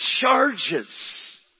charges